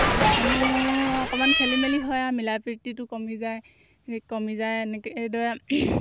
ঘৰখনো অকণমান খেলি মেলি হয় আৰু মিলা প্ৰীতিটো কমি যায় কমি যায় এনেকৈ এইদৰে